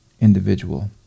individual